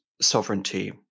sovereignty